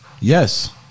yes